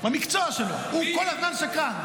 זה המקצוע שלו, הוא כל הזמן שקרן.